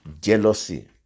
Jealousy